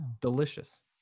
Delicious